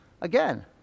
Again